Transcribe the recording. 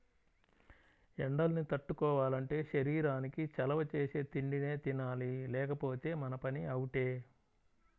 ఎండల్ని తట్టుకోవాలంటే శరీరానికి చలవ చేసే తిండినే తినాలి లేకపోతే మన పని అవుటే